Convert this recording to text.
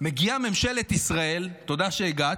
מגיעה ממשלת ישראל, תודה שהגעת.